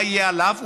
מה יהיה עליו?